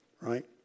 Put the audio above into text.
right